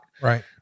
Right